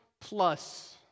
plus